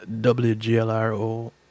WGLRO